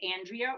Andrea